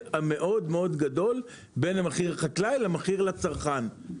המאוד מאוד גדול בין מחיר החקלאי למחיר לצרכן.